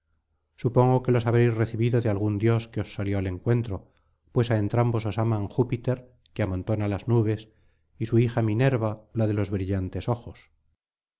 supongo que los habréis recibido de algún dios que os salió al encuentro pues á entrambos os aman júpiter que amontona las nubes y su hija minerva la de los brillantes ojos